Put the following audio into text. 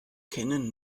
kennen